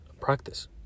practice